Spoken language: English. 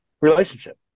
relationship